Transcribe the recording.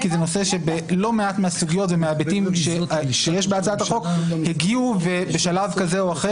כי לא מעט מהסוגיות ומההיבטים שיש בהצעת החוק בשלב כזה או אחר